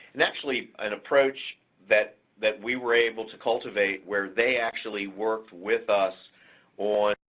and actually, an approach that that we were able to cultivate where they actually work with us on